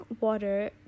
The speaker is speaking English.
water